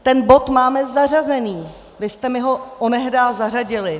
Ten bod máme zařazený, vy jste mi ho onehdá zařadili.